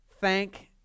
thank